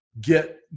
Get